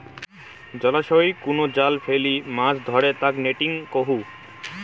জলাশয়ই কুনো জাল ফেলি মাছ ধরে তাকে নেটিং কহু